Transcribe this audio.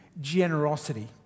generosity